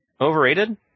overrated